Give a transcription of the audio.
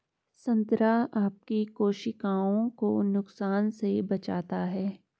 संतरा आपकी कोशिकाओं को नुकसान से बचाता है